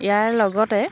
ইয়াৰ লগতে